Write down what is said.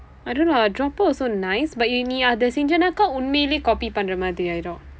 I don't know dropper also nice but நீ அது செய்தனா உண்மையிலே:nii athu seythanaa unmaiyilee copy பண்ற மாதிரி ஆகிவிடும்:panra maathiri aakividum